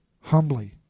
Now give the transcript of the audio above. humbly